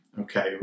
Okay